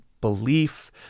Belief